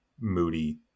moody